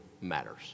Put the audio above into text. matters